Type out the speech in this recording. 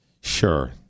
Sure